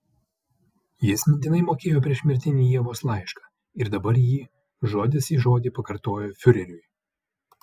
jis mintinai mokėjo priešmirtinį ievos laišką ir dabar jį žodis į žodį pakartojo fiureriui